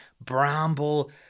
bramble